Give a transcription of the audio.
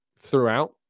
throughout